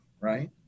Right